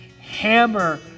hammer